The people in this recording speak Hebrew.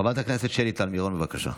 חברת הכנסת שלי טל מירון, בבקשה.